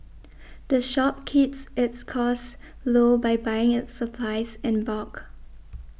the shop keeps its costs low by buying its supplies in bulk